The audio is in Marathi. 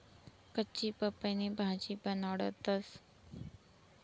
कच्ची पपईनी भाजी बनाडतंस